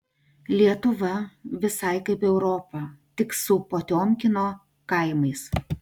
lietuva visai kaip europa tik su potiomkino kaimais